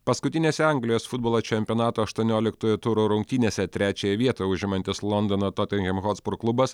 paskutinėse anglijos futbolo čempionato aštuonioliktojo turo rungtynėse trečiąją vietą užimantis londono totenhem hotspur klubas